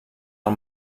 del